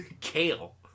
Kale